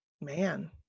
man